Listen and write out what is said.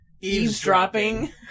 eavesdropping